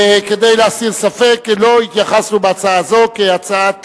כדי להסיר ספק, לא התייחסנו להצעה זו כהצעת חוק.